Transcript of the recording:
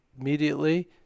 Immediately